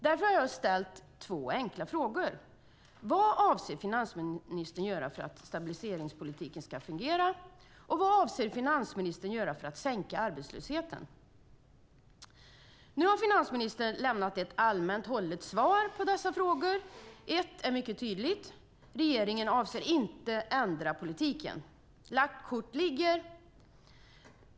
Därför har jag ställt två enkla frågor: Vad avser finansministern att göra för att stabiliseringspolitiken ska fungera? Vad avser finansministern att göra för att sänka arbetslösheten? Nu har finansministern lämnat ett allmänt hållet svar på dessa frågor. Ett är mycket tydligt: Regeringen avser inte att ändra politiken. Lagt kort ligger.